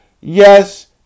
Yes